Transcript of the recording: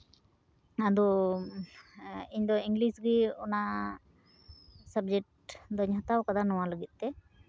ᱟᱫᱚ ᱤᱧ ᱫᱚ ᱤᱝᱞᱤᱥ ᱜᱮ ᱚᱱᱟ ᱥᱟᱵᱡᱮᱠᱴ ᱫᱩᱧ ᱦᱟᱛᱟᱣ ᱠᱟᱫᱟ ᱱᱚᱣᱟ ᱞᱟᱹᱜᱤᱫ ᱛᱮ